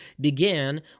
began